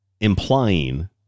implying